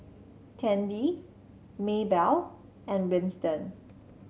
Tandy Maebell and Winston